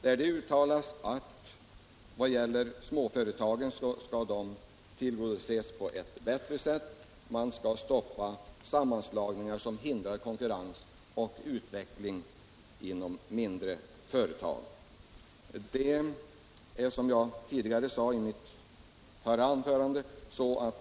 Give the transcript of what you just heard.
Där sägs att småföretagen skall tillgodoses på ett bättre sätt. Man skall stoppa sammanslagningar som hindrar konkurrens och utveckling inom mindre företag.